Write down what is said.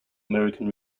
american